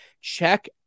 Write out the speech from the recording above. check